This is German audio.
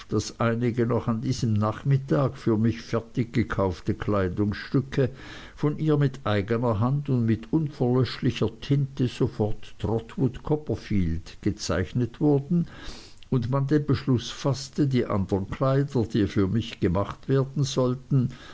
daß einige noch an diesem nachmittag für mich fertig gekaufte kleidungsstücke von ihr mit eigner hand und mit unverlöschlicher tinte sofort trotwood copperfield gezeichnet wurden und man den beschluß faßte die andern kleider die für mich gemacht werden sollten